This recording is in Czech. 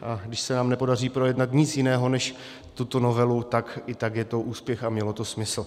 A když se nám nepodaří projednat nic jiného než tuto novelu, i tak je to úspěch a mělo to smysl.